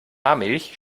milch